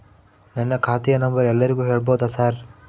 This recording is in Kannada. ನನ್ನ ಖಾತೆಯ ನಂಬರ್ ಎಲ್ಲರಿಗೂ ಹೇಳಬಹುದಾ ಸರ್?